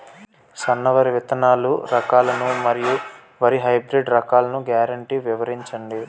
సన్న వరి విత్తనాలు రకాలను మరియు వరి హైబ్రిడ్ రకాలను గ్యారంటీ వివరించండి?